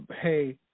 hey